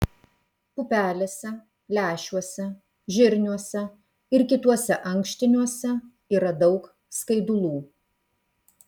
pupelėse lęšiuose žirniuose ir kituose ankštiniuose yra daug skaidulų